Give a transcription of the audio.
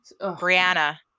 Brianna